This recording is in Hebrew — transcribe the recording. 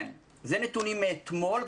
כן, אלה נתונים מאתמול.